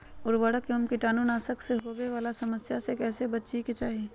उर्वरक एवं कीटाणु नाशक से होवे वाला समस्या से कैसै बची के चाहि?